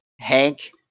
Hank